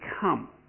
come